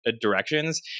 directions